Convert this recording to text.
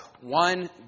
One